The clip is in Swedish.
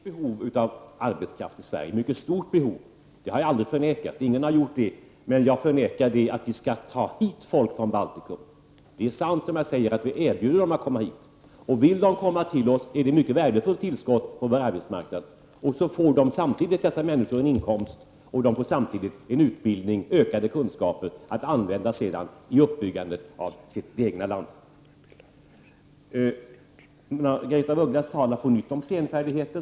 Herr talman! Det finns ett mycket stort behov av arbetskraft i Sverige — det har jag aldrig förnekat; ingen har förnekat det. Men jag förnekar att vi skall ta hit folk från Baltikum. Det är sant, som jag säger, att vi erbjuder dem att komma hit, och vill de komma till oss är det ett mycket värdefullt tillskott på vår arbetsmarknad. Samtidigt får dessa människor en inkomst och en utbildning, ökade kunskaper, att sedan använda i uppbyggnaden av det egna landet. Margaretha af Ugglas talade på nytt om senfärdighet.